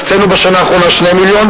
הקצינו בשנה האחרונה 2 מיליון,